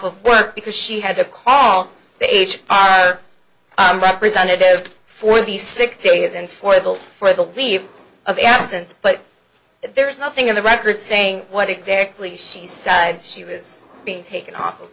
of work because she had to call the h m representative for the six days and for the for the leave of absence but there is nothing in the record saying what exactly she sayd she was being taken off